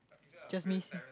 just miss